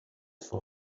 for